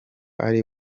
ari